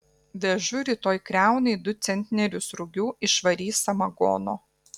vežu rytoj kriaunai du centnerius rugių išvarys samagono